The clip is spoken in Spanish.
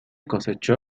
cosechó